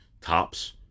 tops